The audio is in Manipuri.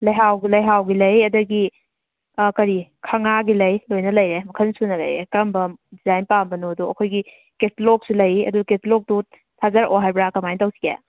ꯂꯩꯍꯥꯎꯒꯤ ꯂꯩꯍꯥꯎꯒꯤ ꯂꯩ ꯑꯗꯒꯤ ꯀꯔꯤ ꯈꯪꯉꯥꯒꯤ ꯂꯩ ꯂꯣꯏꯅ ꯂꯩꯔꯦ ꯃꯈꯟ ꯁꯨꯅ ꯂꯩꯔꯦ ꯀꯔꯝꯕ ꯗꯤꯖꯥꯏꯟ ꯄꯥꯝꯕꯅꯣꯗꯣ ꯑꯩꯈꯣꯏꯒꯤ ꯀꯦꯇꯂꯣꯛꯁꯨ ꯂꯩ ꯑꯗꯨ ꯀꯦꯇꯂꯣꯛꯇꯨ ꯊꯥꯖꯔꯛꯑꯣ ꯍꯥꯏꯕ꯭ꯔꯥ ꯀꯃꯥꯏꯅ ꯇꯧꯁꯤꯒꯦ